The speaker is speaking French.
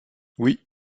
oui